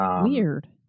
Weird